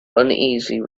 uneasy